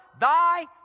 thy